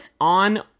on